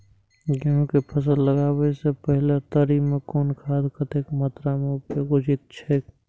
गेहूं के फसल लगाबे से पेहले तरी में कुन खादक कतेक मात्रा में उपयोग उचित छेक?